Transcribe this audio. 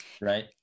right